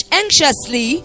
anxiously